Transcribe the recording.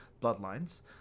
Bloodlines